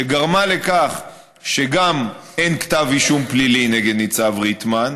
שגרמה לכך שגם אין כתב אישום פלילי נגד ניצב ריטמן,